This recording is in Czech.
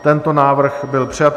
Tento návrh byl přijat.